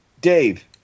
Dave